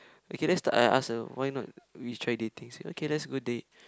okay next time I ask her why not we try dating said okay let's go date